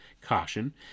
Caution